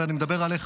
אני מדבר עליך,